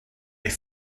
est